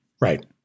Right